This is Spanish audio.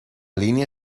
línea